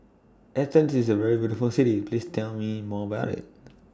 Athens IS A very beautiful City Please Tell Me More about IT